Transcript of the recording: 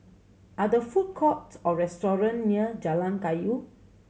are the food courts or restaurant near Jalan Kayu